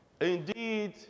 indeed